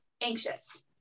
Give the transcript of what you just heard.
anxious